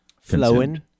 flowing